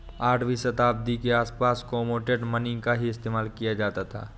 आठवीं शताब्दी के आसपास कोमोडिटी मनी का ही इस्तेमाल किया जाता था